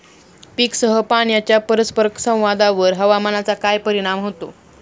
पीकसह पाण्याच्या परस्पर संवादावर हवामानाचा काय परिणाम होतो?